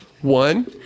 one